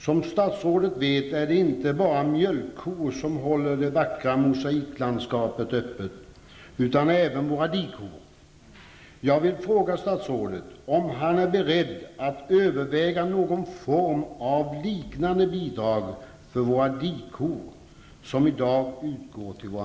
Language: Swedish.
Som statsrådet vet är det inte bara mjölkkor som håller det vacka mosaiklandskapet öppet, utan även våra dikor.